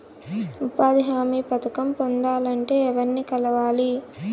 ఉపాధి హామీ పథకం పొందాలంటే ఎవర్ని కలవాలి?